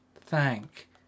Thank